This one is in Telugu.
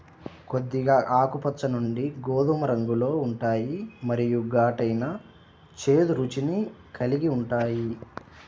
కొద్దిగా ఆకుపచ్చ నుండి గోధుమ రంగులో ఉంటాయి మరియు ఘాటైన, చేదు రుచిని కలిగి ఉంటాయి